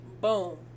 Boom